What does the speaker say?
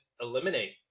eliminate